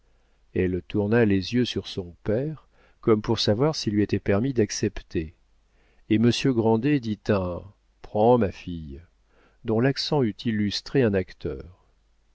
elle tourna les yeux sur son père comme pour savoir s'il lui était permis d'accepter et monsieur grandet dit un prends ma fille dont l'accent eût illustré un acteur